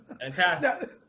Fantastic